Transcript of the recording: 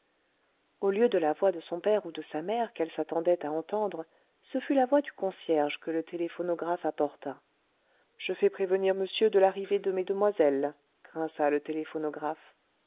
au lieu de la voix de son père ou de sa mère qu'elle s'attendait à entendre ce fut la voix du concierge que le téléphonographe apporta je fais prévenir monsieur de l'arrivée de mesdemoiselles grinça le